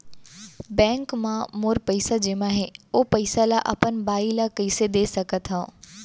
Bank म मोर पइसा जेमा हे, ओ पइसा ला अपन बाई ला कइसे दे सकत हव?